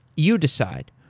you decide.